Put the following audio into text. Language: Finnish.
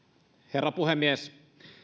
herra puhemies